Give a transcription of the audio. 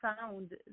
found